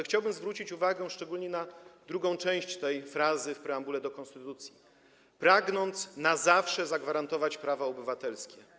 Chciałbym zwrócić uwagę szczególnie na drugą część tej frazy w preambule do konstytucji: pragnąc na zawsze zagwarantować prawa obywatelskie.